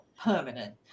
permanent